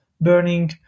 burning